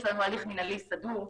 יש לנו הליך מנהלי סדור,